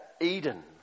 Eden